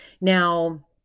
Now